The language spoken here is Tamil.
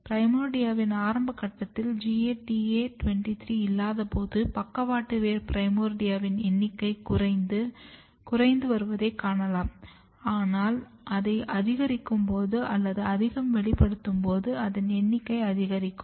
பிரைமோர்டியாவின் ஆரம்ப கட்டத்தில் GATA23 இல்லாதபோது பக்கவாட்டு வேர் பிரைமோர்டியாவின் எண்ணிக்கை குறைந்து வருவதைக் காணலாம் ஆனால் அதை அதிகரிக்கும்போது அல்லது அதிகம் வெளிப்படுத்தும்போது அதன் எண்ணிக்கை அதிகரிக்கும்